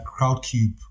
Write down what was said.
Crowdcube